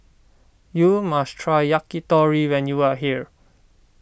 you must try Yakitori when you are here